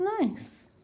Nice